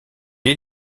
est